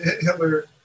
Hitler